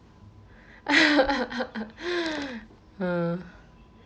uh